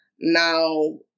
now